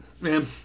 Man